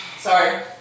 Sorry